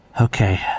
Okay